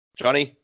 Johnny